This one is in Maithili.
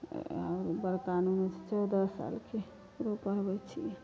आओर बड़का नुनु छै चौदह सालके ओकरो पढ़बैत छियै